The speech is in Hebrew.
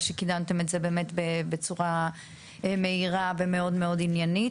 שקידמתם את זה בצורה מהירה ומאוד מאוד עניינית.